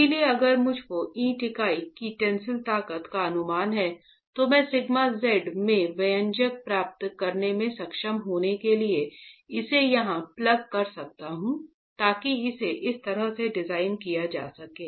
इसलिए अगर मुझको ईंट इकाई की टेंसिल ताकत का अनुमान है तो मैं σ z में व्यंजक प्राप्त करने में सक्षम होने के लिए इसे यहां प्लग कर सकता हूं ताकि इसे इस तरह से डिजाइन किया जा सके